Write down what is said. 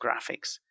graphics